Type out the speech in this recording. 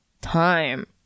time